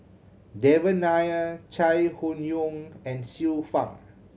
Devan Nair Chai Hon Yoong and Xiu Fang